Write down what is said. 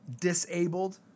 disabled